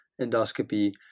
endoscopy